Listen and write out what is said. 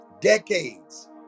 Decades